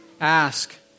ask